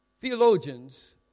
Theologians